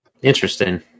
interesting